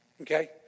Okay